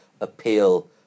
appeal